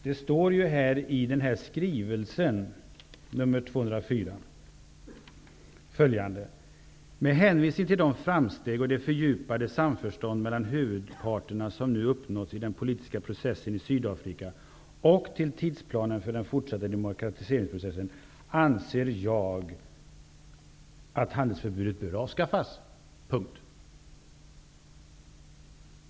I regeringens skrivelse nr 204 står det följande: ''Med hänvisning till de framsteg och det fördjupade samförstånd mellan huvudparterna som nu uppnåtts i den politiska processen i Sydafrika, och till tidsplanen för den fortsatta demokratiseringsprocessen, anser jag att handelsförbudet bör avskaffas.